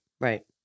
right